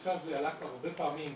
הנושא הזה עלה כבר הרבה פעמים,